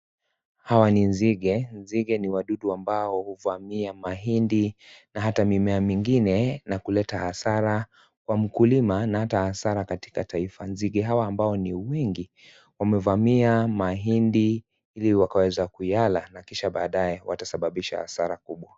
Hawa ni nzige, nzige ni wadudu ambao huvamia mahindi na hata mimmea mingine na kuleta hasara kwa mkulima, na hata hasara katika taifa. Nzige hawa ambao ni wengi wamevamia mahindi ili wakaweze kuyala na kisha baadae watasababisha hasara kubwa.